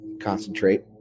concentrate